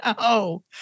No